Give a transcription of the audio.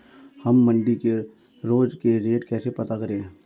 हम मंडी के रोज के रेट कैसे पता करें?